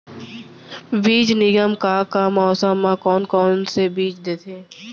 बीज निगम का का मौसम मा, कौन कौन से बीज देथे?